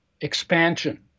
expansion